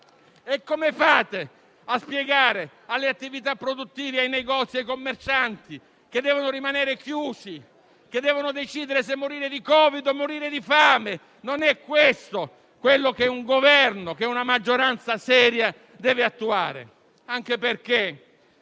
E come fate a spiegare alle attività produttive, ai negozi, ai commercianti che devono rimanere chiusi, che devono decidere se morire di Covid o morire di fame? Non è questo quello che un Governo e una maggioranza seria dovrebbero attuare.